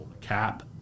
cap